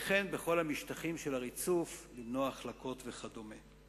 וכן בכל המשטחים של ריצוף, למנוע החלקה וכדומה.